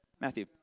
Matthew